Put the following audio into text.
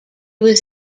was